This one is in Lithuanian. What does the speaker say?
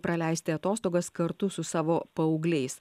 praleisti atostogas kartu su savo paaugliais